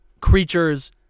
creatures